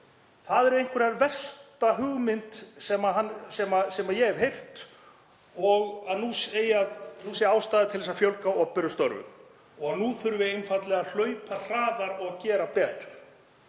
Það er einhver versta hugmynd sem ég hef heyrt, að nú sé ástæða til þess að fjölga opinberum störfum og nú þurfi einfaldlega að hlaupa hraðar og gera betur.